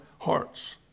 hearts